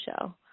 show